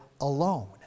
alone